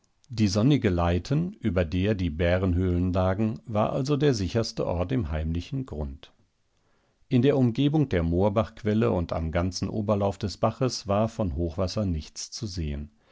die sonnige leiten über der die bärenhöhlen lagen war also der sicherste ort im heimlichen grund in der umgebung der moorbachquelle und am ganzen oberlauf des baches war von hochwasser nichts zu sehen